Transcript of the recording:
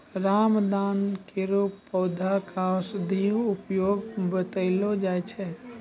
रामदाना केरो पौधा क औषधीय उपयोग बतैलो जाय छै